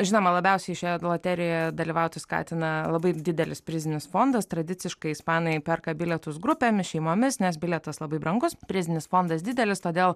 žinoma labiausiai šioje loterijoje dalyvauti skatina labai didelis prizinis fondas tradiciškai ispanai perka bilietus grupėmis šeimomis nes bilietas labai brangus prizinis fondas didelis todėl